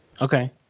Okay